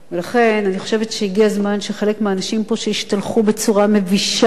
לכן אני חושבת שהגיע הזמן שחלק מהאנשים פה שהשתלחו בצורה מבישה,